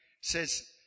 says